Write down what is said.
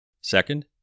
Second